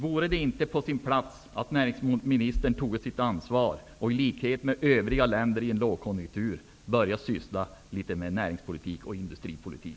Vore det inte på sin plats att näringsministern toge sitt ansvar i en lågkonjunktur och i likhet med vad som sker i övriga länder började syssla litet med närings och industripolitik?